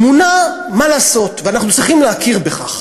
טמונה, מה לעשות, ואנחנו צריכים להכיר בכך,